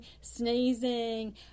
sneezing